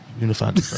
unified